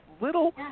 little